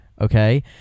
Okay